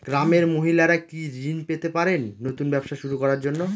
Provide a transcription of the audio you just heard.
গ্রামের মহিলারা কি কি ঋণ পেতে পারেন নতুন ব্যবসা শুরু করার জন্য?